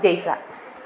ജെയ്സ